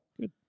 Good